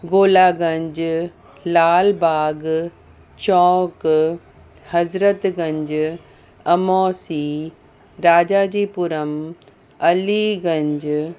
Golaganj Lalbagh Chowk Hazratganj Amausi Rajajipuram Aliganj